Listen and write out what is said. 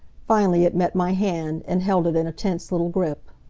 finally it met my hand, and held it in a tense little grip.